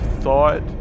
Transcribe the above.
thought